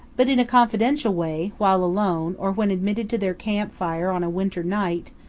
but in a confidential way, while alone, or when admitted to their camp fire on a winter night,